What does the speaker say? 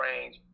range